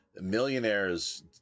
Millionaires